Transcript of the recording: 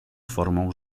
formą